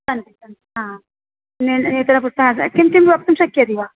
सन्ति सन्ति हा किं किं वक्तुं शक्यते वा